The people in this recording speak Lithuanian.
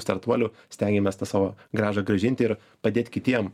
startuolių stengiamės tą savo grąžą grąžinti ir padėt kitiem